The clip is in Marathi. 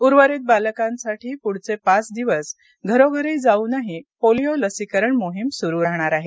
उर्वरित बालकांसाठी पुढचे पाच दिवस घरोघरी जाऊनही पोलिओ लसीकरण मोहीम सुरू राहणार आहे